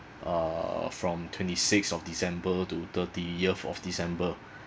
uh from twenty sixth of december to thirtieth of december